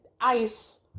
ice